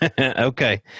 okay